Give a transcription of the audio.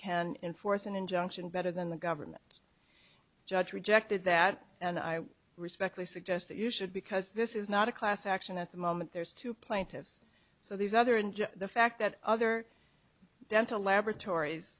can enforce an injunction better than the government judge rejected that and i respect we suggest that you should because this is not a class action at the moment there's two plaintiffs so these other and the fact that other dental laboratories